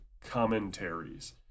commentaries